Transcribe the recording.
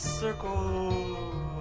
circle